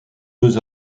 deux